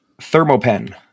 Thermopen